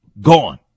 Gone